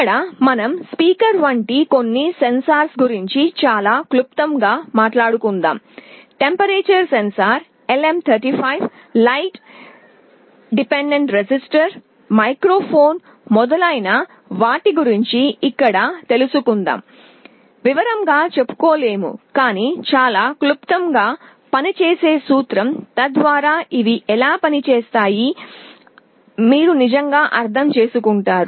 ఇక్కడ మనం స్పీకర్ వంటి కొన్ని సెన్సార్ల గురించి చాలా క్లుప్తంగా మాట్లాడుకుందాం temperature sensor LM35 light dependent resistor మైక్రోఫోన్మొదలైన వాటి గురించి ఇక్కడ తెలుసుకుందాం వివరంగా చెప్పుకోలేము కానీ చాలా క్లుప్తంగా పని చేసే సూత్రం తద్వారా ఇవి ఎలా పని చేస్తాయే మీరు నిజంగా అర్థం చేసుకుంటారు